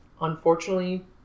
unfortunately